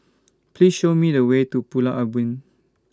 Please Show Me The Way to Pulau Ubin